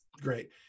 great